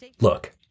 Look